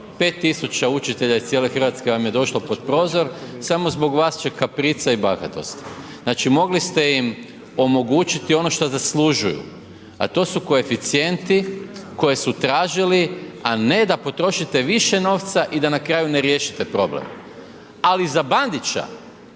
učitelja iz cijele Hrvatske vam je došlo pod prozor. Samo zbog vas će kaprica i bahatost. Znači mogli ste im omogućiti ono što zaslužuju, a to su koeficijenti koje su tražili, a ne da potrošite više novca i da na kraju ne riješite problem. Ali za Bandića